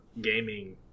gaming